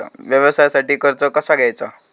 व्यवसायासाठी कर्ज कसा घ्यायचा?